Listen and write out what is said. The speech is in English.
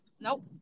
Nope